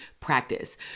practice